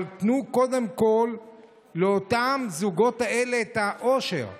אבל תנו קודם כול לאותם הזוגות האלה את האושר והשמחה.